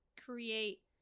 create